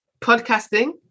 podcasting